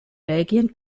belgien